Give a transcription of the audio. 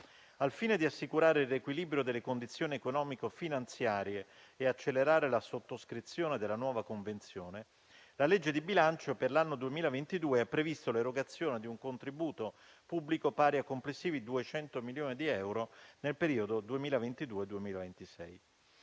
Al fine di assicurare il riequilibrio delle condizioni economico-finanziarie e accelerare la sottoscrizione della nuova convenzione, la legge di bilancio per l'anno 2022 ha previsto l'erogazione di un contributo pubblico pari a complessivi 200 milioni di euro per il periodo 2022-2026.